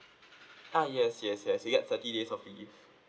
ah yes yes yes you get thirty days of leave